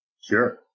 Sure